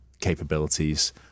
capabilities